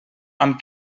amb